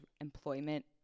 employment